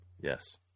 Yes